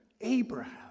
Abraham